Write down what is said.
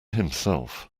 himself